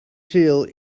sul